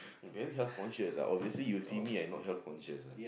you very health conscious ah obviously you see me I not health conscious ah